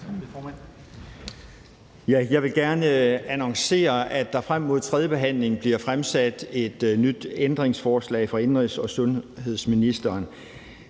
Jeg vil gerne annoncere, at der frem mod 3. tredjebehandling bliver fremsat et nyt ændringsforslag fra indenrigs- og sundhedsministeren.